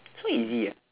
so easy ah